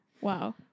Wow